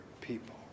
people